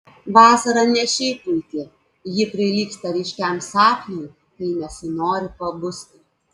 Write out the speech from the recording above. vasara ne šiaip puiki ji prilygsta ryškiam sapnui kai nesinori pabusti